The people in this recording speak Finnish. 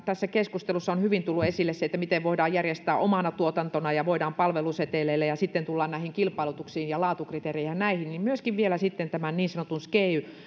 tässä keskustelussa on hyvin tullut esille se miten voidaan järjestää palvelut omana tuotantona ja palveluseteleillä ja sitten tullaan kilpailutuksiin ja laatukriteereihin ja näihin ehkä haluaisin nostaa vielä myöskin vielä tämän niin sanotun sgein